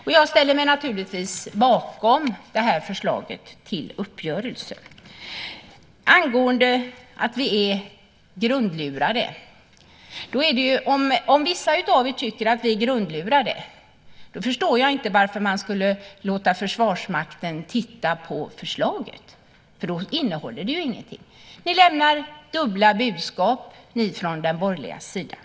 Och jag ställer mig naturligtvis bakom det här förslaget till uppgörelse. Angående att vi är grundlurade vill jag säga att om vissa av er tycker att vi är grundlurade förstår jag inte varför man skulle låta Försvarsmakten titta på förslaget. Då innehåller det ju ingenting. Ni från den borgerliga sidan lämnar dubbla budskap.